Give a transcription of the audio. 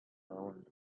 alone